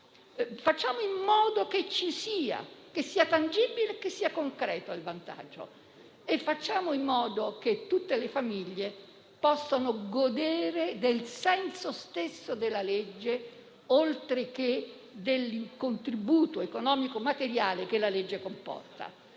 Facciamo in modo che il vantaggio ci sia, che sia tangibile e concreto. E facciamo in modo che tutte le famiglie possano godere del senso stesso della legge, oltre che del contributo economico e materiale che essa comporta.